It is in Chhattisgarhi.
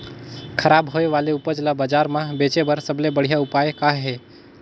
खराब होए वाले उपज ल बाजार म बेचे बर सबले बढ़िया उपाय का हे?